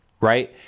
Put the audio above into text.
right